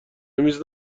میز